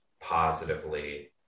positively